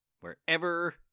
wherever